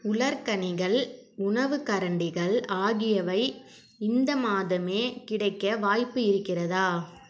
உலர்கனிகள் உணவுக் கரண்டிகள் ஆகியவை இந்த மாதமே கிடைக்க வாய்ப்பு இருக்கிறதா